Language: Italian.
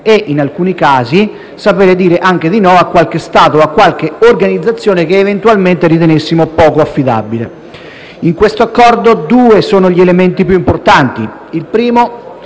e, in alcuni casi, sapere dire anche di no a qualche Stato o a qualche organizzazione che eventualmente ritenessimo poco affidabile. In questo Accordo due sono gli elementi più importanti: il primo,